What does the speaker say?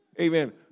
Amen